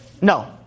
No